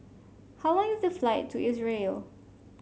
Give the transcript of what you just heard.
how long is the flight to Israel